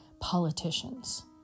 politicians